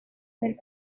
were